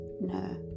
no